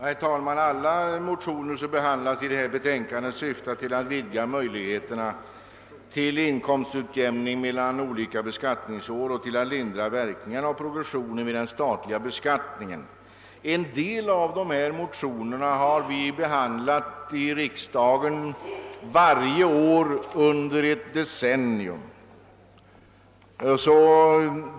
Herr talman! Samtliga motioner som behandlas i detta betänkande syftar till att vidga möjligheterna till inkomstutjämning mellan olika beskattningsår och till att lindra verkningarna av progressionen vid den statliga beskattningen. En del av dessa motioner har vi behandlat i riksdagen varje år under ett decennium.